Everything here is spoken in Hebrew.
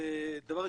דבר ראשון,